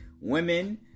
women